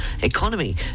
economy